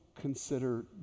consider